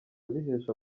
bihesha